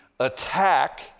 attack